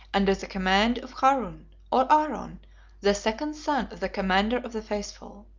under the command of harun, or aaron, the second son of the commander of the faithful.